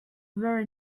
very